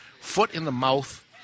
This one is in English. foot-in-the-mouth